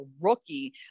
rookie